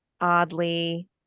oddly